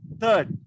third